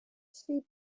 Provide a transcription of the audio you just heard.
she